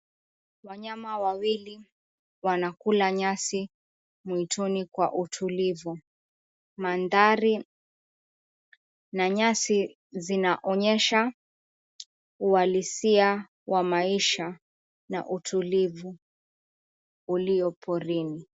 Wanyama wawili wanakula nyasi mwituni kwa utulivu. Maandhari na nyasi zinaonyesha uhalisia wa maisha na utulivu ulio porini.